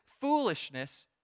foolishness